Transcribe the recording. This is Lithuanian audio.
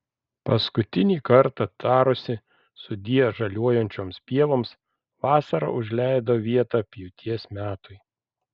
paskutinį kartą tarusi sudie žaliuojančioms pievoms vasara užleido vietą pjūties metui